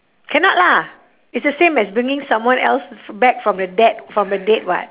cannot lah it's the same as bringing someone else back from the dad from the dead [what]